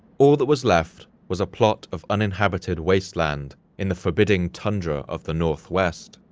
all that was left was a plot of uninhabited wasteland in the forbidding tundra of the northwest.